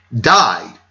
died